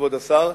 כבוד השר,